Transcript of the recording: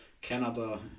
Canada